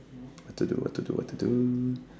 what to do what to do what to do